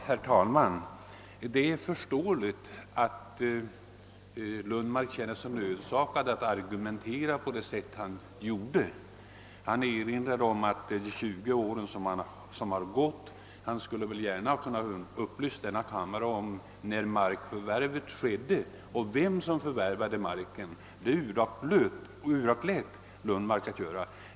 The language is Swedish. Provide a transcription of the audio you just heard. Herr talman! Det är förståeligt att herr Lundmark kände sig nödsakad att argumentera på det sätt han gjorde. Han erinrade om de 20 år som har gått. Han skulle gärna också kunnat upplysa kammaren om när markförvärvet skedde och vem som förvärvade marken, men det uraktlät herr Lundmark att göra.